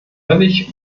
völlig